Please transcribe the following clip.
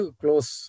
close